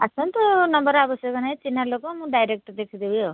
ଆସନ୍ତୁ ନମ୍ବର୍ ଆବଶ୍ୟକ ନାହିଁ ଚିହ୍ନା ଲୋକ ମୁଁ ଡାଇରେକ୍ଚ ଦେଖିଦେବି ଆଉ